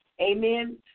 Amen